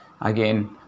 again